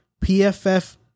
PFF